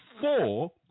four